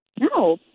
No